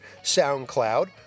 SoundCloud